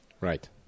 Right